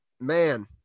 man